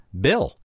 Bill